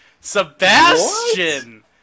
Sebastian